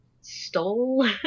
stole